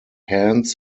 hands